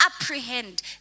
apprehend